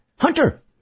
Hunter